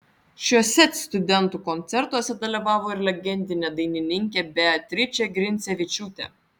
šiuose studentų koncertuose dalyvavo ir legendinė dainininkė beatričė grincevičiūtė